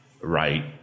right